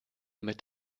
mit